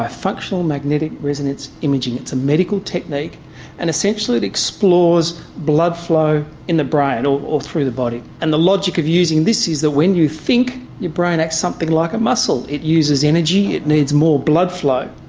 ah functional magnetic resonance imaging, it's a medical technique and essentially it explores blood flow in the brain or through the body. and the logic of using this is that when you think your brain acts something like a muscle, it uses energy, it needs more blood flow.